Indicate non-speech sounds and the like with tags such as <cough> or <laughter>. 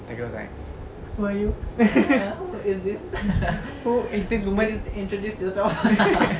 tiger was like who are you <laughs> who is this woman <laughs>